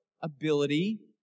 ability